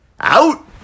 Out